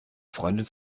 freundin